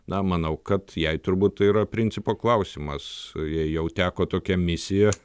na manau kad jai turbūt tai yra principo klausimas jei jau teko tokia misija